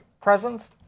presence